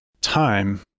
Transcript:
time